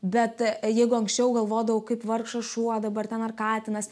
bet jeigu anksčiau galvodavau kaip vargšas šuo dabar ten ar katinas